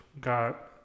got